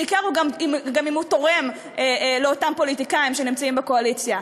בעיקר אם הוא גם תורם לאותם פוליטיקאים שנמצאים בקואליציה.